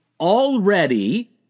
already